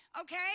Okay